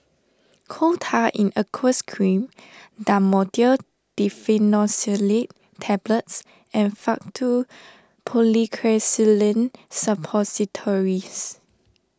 Coal Tar in Aqueous Cream Dhamotil Diphenoxylate Tablets and Faktu Policresulen Suppositories